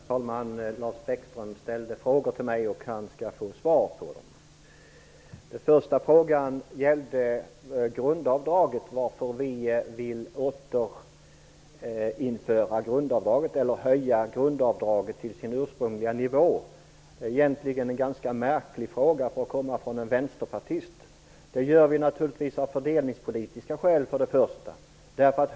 Herr talman! Lars Bäckström ställde frågor till mig och han skall få svar på dem. Den första frågan gällde varför vi vill återinföra grundavdraget, eller höja det till dess ursprungliga nivå. Det är egentligen en ganska märklig fråga för att komma från en vänsterpartist. Vi vill för det första göra det av fördelningspolitiska skäl.